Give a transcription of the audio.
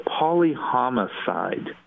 polyhomicide